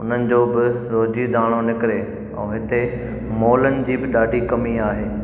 उन्हनि जो बि रोज़ी दाणो निकिरे ऐं हिते मॉलन जी बि ॾाढी कमी आहे